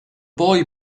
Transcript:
boy